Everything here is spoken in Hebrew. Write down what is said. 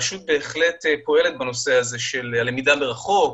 הרשות פועלת בנושא הזה של למידה מרחוק,